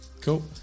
Cool